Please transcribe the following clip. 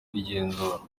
igenzura